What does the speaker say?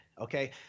okay